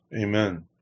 amen